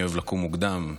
אני אוהב לקום מוקדם.